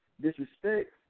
disrespect